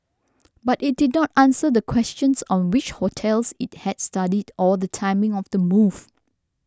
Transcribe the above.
but it did not answer the questions on which hotels it had studied or the timing of the move